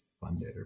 funded